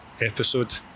episode